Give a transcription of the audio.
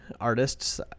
artists